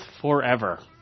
forever